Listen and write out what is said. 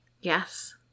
Yes